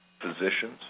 physicians